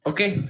Okay